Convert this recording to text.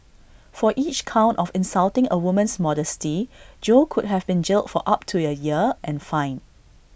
for each count of insulting A woman's modesty Jo could have been jailed for up to A year and fined